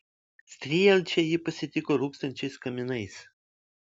strielčiai jį pasitiko rūkstančiais kaminais